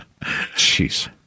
Jeez